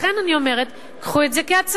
לכן אני אומרת: קחו את זה כהצעה.